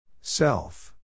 Self